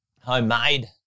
homemade